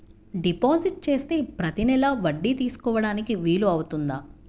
Deposit చేస్తే ప్రతి నెల వడ్డీ తీసుకోవడానికి వీలు అవుతుందా?